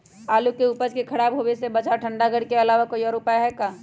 आलू के उपज के खराब होवे से बचाबे ठंडा घर के अलावा कोई और भी उपाय है का?